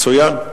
מצוין.